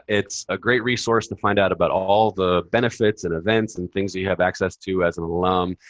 it's a great resource to find out about all the benefits and events and things you have access to as an alum.